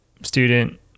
student